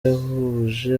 yahuje